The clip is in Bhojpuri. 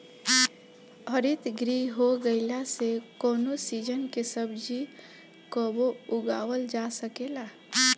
हरितगृह हो गईला से कवनो सीजन के सब्जी कबो उगावल जा सकेला